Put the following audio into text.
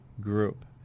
group